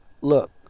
look